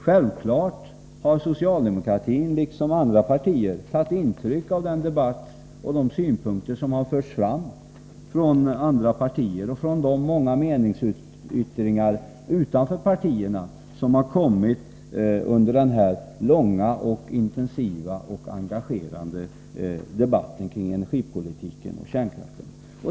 Självfallet har också socialdemokratin tagit intryck av den debatt och de synpunkter som har förts fram från andra partier, liksom vi har tagit intryck av de många meningsyttringar utanför partierna som har kommit under den här långa, intensiva och engagerande debatten om energipolitiken och kärnkraften.